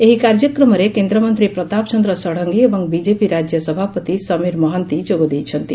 ଏହି କାର୍ଯ୍ୟକ୍ରମରେ କେନ୍ଦ୍ର ମନ୍ତୀ ପ୍ରତାପ ଚନ୍ଦ୍ର ଷଡଙଙୀ ଏବଂ ବିଜେପି ରାକ୍ୟ ସଭାପତି ସମୀର ମହାନ୍ତି ଯୋଗଦେଇଛନ୍ତି